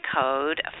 code